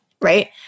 right